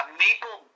maple